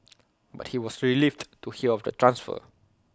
but he was relieved to hear of the transfer